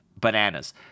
bananas